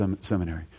Seminary